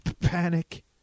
panic